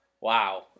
Wow